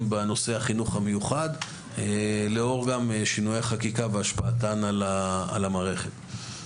בנושא החינוך המיוחד לאור שינויי החקיקה והשפעתם על המערכת.